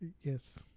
yes